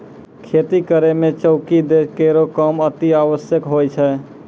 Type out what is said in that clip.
खेती करै म चौकी दै केरो काम अतिआवश्यक होय छै